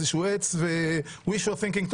באיזשהו עץ ו-wishful thinking.